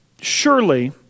surely